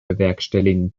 bewerkstelligen